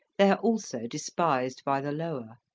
they are also despised by the lower.